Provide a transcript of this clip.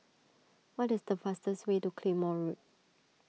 what is the fastest way to Claymore Road